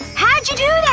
how'd you do